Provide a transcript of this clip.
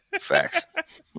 Facts